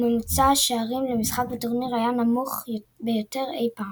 וממוצע השערים למשחק בטורניר היה הנמוך ביותר אי פעם.